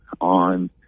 on